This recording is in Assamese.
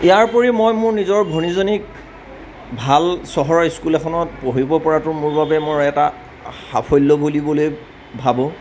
ইয়াৰোপৰিও মই মোৰ নিজৰ ভনীজনীক ভাল চহৰৰ স্কুল এখনত পঢ়িব পৰাতো মোৰ বাবে মই এটা সাফল্য বুলিবলৈ ভাবোঁ